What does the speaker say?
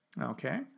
Okay